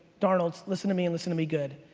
darnolds listen to me and listen to me good,